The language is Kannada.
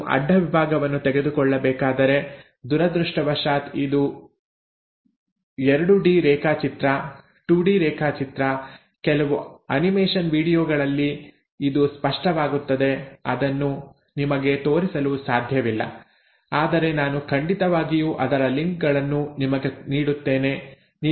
ನಾನು ಅಡ್ಡ ವಿಭಾಗವನ್ನು ತೆಗೆದುಕೊಳ್ಳಬೇಕಾದರೆ ದುರದೃಷ್ಟವಶಾತ್ ಇದು 2 ಡಿ ರೇಖಾಚಿತ್ರ ಕೆಲವು ಅನಿಮೇಷನ್ ವೀಡಿಯೊಗಳಲ್ಲಿ ಇದು ಸ್ಪಷ್ಟವಾಗುತ್ತದೆ ಅದನ್ನು ನಿಮಗೆ ತೋರಿಸಲು ಸಾಧ್ಯವಿಲ್ಲ ಆದರೆ ನಾನು ಖಂಡಿತವಾಗಿಯೂ ಅದರ ಲಿಂಕ್ಗಳನ್ನು ನಿಮಗೆ ನೀಡುತ್ತೇನೆ